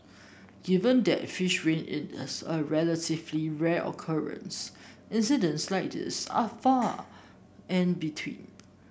given that fish rain is a relatively rare occurrence incidents like these are far and between